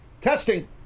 Testing